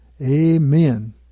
Amen